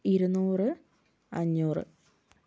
ഇരുന്നൂറ് അഞ്ഞൂറ്